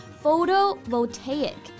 photovoltaic